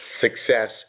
success